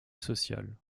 sociale